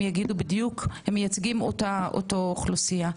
הם מייצגים אותה אוכלוסייה.